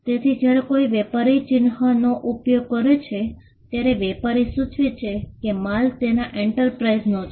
તેથી જ્યારે કોઈ વેપારી ચિહ્નનો ઉપયોગ કરે છે ત્યારે વેપારી સૂચવે છે કે માલ તેના એન્ટરપ્રાઇઝનો છે